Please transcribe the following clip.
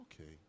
okay